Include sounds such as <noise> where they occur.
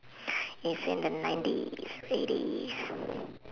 <breath> it's in the nineties